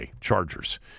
Chargers